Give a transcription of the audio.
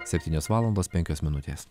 septynios valandos penkios minutės